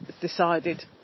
decided